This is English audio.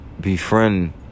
befriend